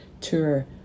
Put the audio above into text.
tour